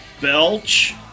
Belch